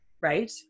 right